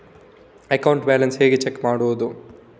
Account balance ಹೇಗೆ check ಮಾಡುವುದು?